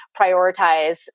prioritize